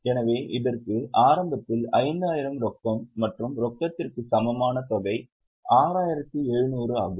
எனவே இதற்கு ஆரம்பத்தில் 5000 ரொக்கம் மற்றும் ரொக்கத்திற்கு சமமான தொகை 6700 ஆகும்